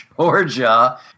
Georgia